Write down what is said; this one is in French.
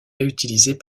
réutilisés